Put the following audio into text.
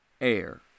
Air